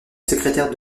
secrétaire